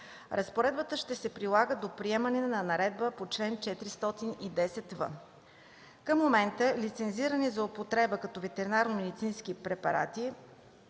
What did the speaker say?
Разпоредбата ще се прилага до приемане на наредбата по чл. 410в. Към момента лицензирани за употреба като ветеринарномедицински препарати